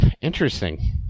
Interesting